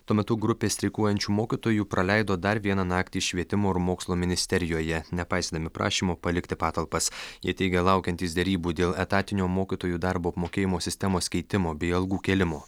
tuo metu grupė streikuojančių mokytojų praleido dar vieną naktį švietimo ir mokslo ministerijoje nepaisydami prašymo palikti patalpas jie teigė laukiantys derybų dėl etatinio mokytojų darbo apmokėjimo sistemos keitimo bei algų kėlimo